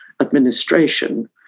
administration